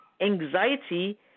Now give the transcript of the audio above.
anxiety